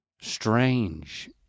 Strange